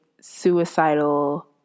suicidal